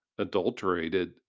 Adulterated